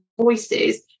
voices